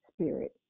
spirit